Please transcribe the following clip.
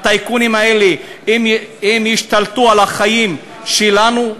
הטייקונים האלה, הם ישתלטו על החיים שלנו?